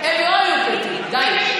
הם לא היו, קטי, די.